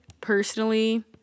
personally